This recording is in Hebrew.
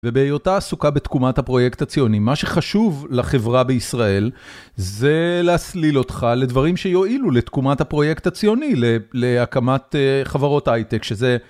ובהיותה עסוקה בתקומת הפרויקט הציוני, מה שחשוב לחברה בישראל, זה להסליל אותך לדברים שיועילו לתקומת הפרויקט הציוני, להקמת חברות הייטק שזה...